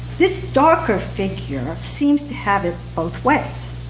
this darker figure seems to have it both ways.